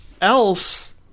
else